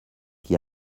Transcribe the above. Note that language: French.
qui